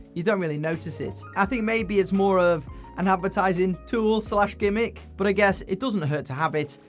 you don't really notice it. i think, maybe, it's more of an advertising tool so gimmick, but i guess it doesn't hurt to have it.